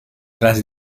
tras